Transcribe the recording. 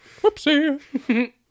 Whoopsie